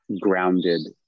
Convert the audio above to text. grounded